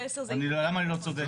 למה אני לא צודק?